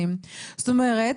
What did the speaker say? זאת אומרת,